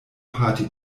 party